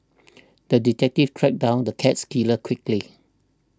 the detective tracked down the cats killer quickly